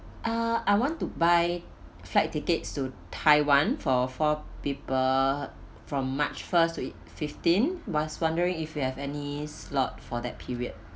uh I want to buy flight tickets to taiwan for four people from march first to fifteen was wondering if you have any slot for that period